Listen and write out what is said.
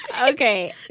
Okay